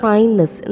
Kindness